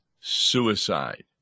suicide